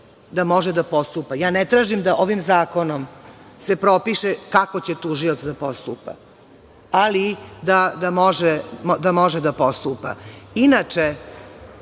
da može da postupa. Ne tražim da ovim zakonom se propiše kako će tužilac da postupa, ali da može da postupa. Inače